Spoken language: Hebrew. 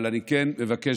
אבל אני כן מבקש,